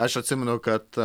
aš atsimenu kad